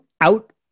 out